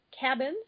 cabins